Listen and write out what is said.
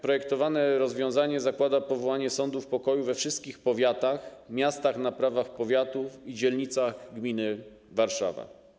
Projektowane rozwiązanie zakłada powołanie sądów pokoju we wszystkich powiatach, miastach na prawach powiatu i dzielnicach gminy Warszawa.